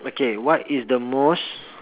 okay what is the most